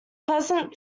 peasant